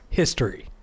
history